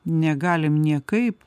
negalim niekaip